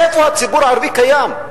איפה הציבור הערבי קיים?